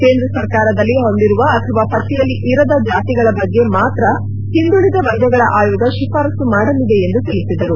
ಕೇಂದ್ರ ಸರ್ಕಾರದಲ್ಲಿ ಹೊಂದಿರುವ ಅಥವಾ ಪಟ್ಟಿಯಲ್ಲಿ ಇರದ ಜಾತಿಗಳ ಬಗ್ಗೆ ಮಾತ್ರ ಹಿಂದುಳಿದ ವರ್ಗಗಳ ಆಯೋಗ ಶಿಫಾರಸ್ವು ಮಾಡಲಿದೆ ಎಂದು ತಿಳಿಸಿದರು